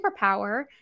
superpower